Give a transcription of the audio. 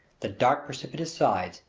the dark precipitous sides,